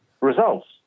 results